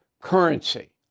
currency